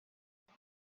what